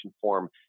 form